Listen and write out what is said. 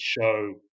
show